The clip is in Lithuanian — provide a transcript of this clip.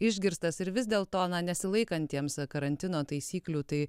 išgirstas ir vis dėl to na nesilaikantiems karantino taisyklių tai